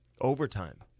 overtime